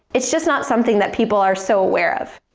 it's just not something that people are so aware of.